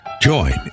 Join